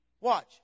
Watch